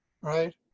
right